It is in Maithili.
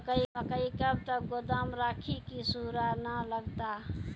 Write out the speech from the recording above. मकई कब तक गोदाम राखि की सूड़ा न लगता?